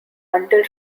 until